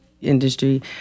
industry